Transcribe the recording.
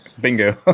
Bingo